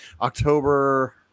October